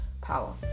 power